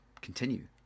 continue